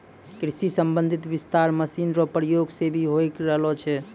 कृषि संबंधी विस्तार मशीन रो प्रयोग से भी होय रहलो छै